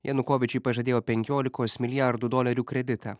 janukovyčiui pažadėjo penkiolikos milijardų dolerių kreditą